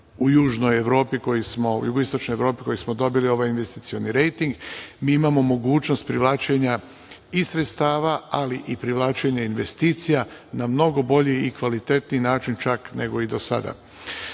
u istočnoj Evropi koji smo dobili ovaj investicioni rejting, mi imamo mogućnost privlačenja i sredstava, ali i privlačenja investicija na mnogo bolji i kvalitetniji način čak nego i do